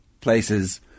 places